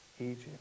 Egypt